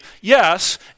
yes